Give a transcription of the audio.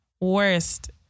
Worst